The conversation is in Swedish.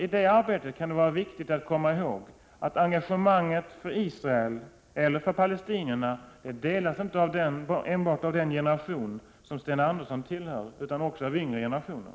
I det arbetet kan det vara viktigt att komma ihåg att engagemanget för Israel eller för palestinierna inte finns enbart hos Sten Anderssons generation utan även hos yngre generationer.